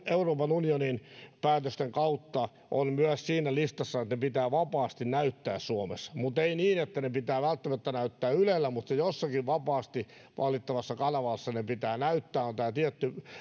euroopan unionin päätösten kautta ovat myös siinä listassa että ne pitää vapaasti näyttää suomessa ei niin että ne pitää välttämättä näyttää ylellä mutta jossakin vapaasti valittavassa kanavassa ne pitää näyttää on tämä tietty